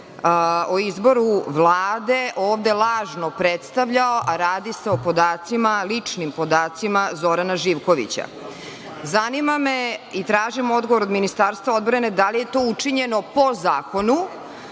o izboru Vlade ovde lažno predstavljao, a radi se o ličnim podacima Zorana Živkovića? Zanima me i tražim odgovor od Ministarstva odbrane, da li je to učinjeno po zakonu?